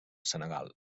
senegal